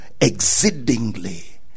exceedingly